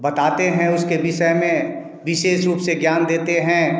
बताते हैं उसके विषय में विशेष रूप से ज्ञान देते हैं